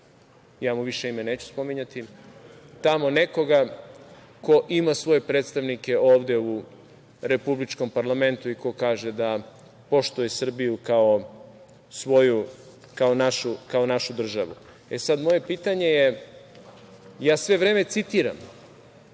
ja mu ime više neću spominjati, tamo nekoga ko ima svoje predstavnike ovde u republičkom parlamentu i ko kaže da poštuje Srbiju kao svoju, kao našu državu. Moje pitanje je, ja sve vreme citiram,